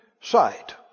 sight